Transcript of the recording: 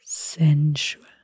Sensual